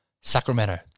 Sacramento